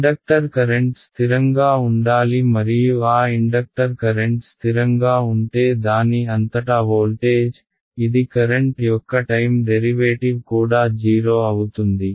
inductor current స్థిరంగా ఉండాలి మరియు ఆ ఇండక్టర్ కరెంట్ స్థిరంగా ఉంటే దాని అంతటా వోల్టేజ్ ఇది కరెంట్ యొక్క టైమ్ డెరివేటివ్ కూడా 0 అవుతుంది